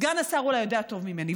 סגן השר אולי יודע טוב ממני.